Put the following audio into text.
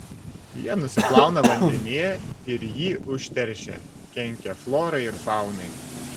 jie nusiplauna vandenyje ir jį užteršia kenkia florai ir faunai